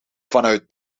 vanuit